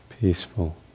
peaceful